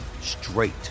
straight